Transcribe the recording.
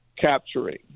Capturing